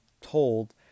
told